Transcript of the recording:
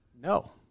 No